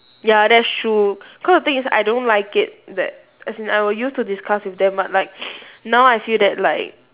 ya that's true cause the thing is I don't like it that as in I will use to discuss with them but like now I feel that like